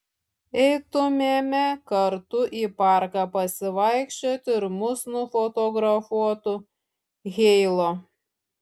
eitumėme kartu į parką pasivaikščioti ir mus nufotografuotų heilo